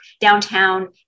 downtown